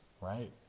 right